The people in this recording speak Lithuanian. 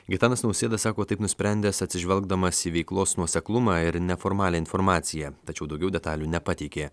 gitanas nausėda sako taip nusprendęs atsižvelgdamas į veiklos nuoseklumą ir neformalią informaciją tačiau daugiau detalių nepateikė